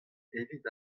evit